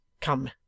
Come